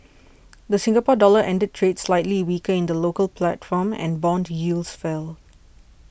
the Singapore Dollar ended trade slightly weaker in the local platform and bond yields fell